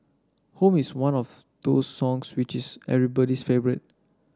home is one of those songs which is everybody's favourite